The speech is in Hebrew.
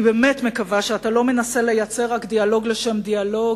אני באמת מקווה שאתה לא מנסה לייצר רק דיאלוג לשם דיאלוג,